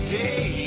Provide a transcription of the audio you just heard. day